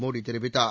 மோடி தெரிவித்தார்